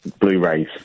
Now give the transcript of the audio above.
Blu-rays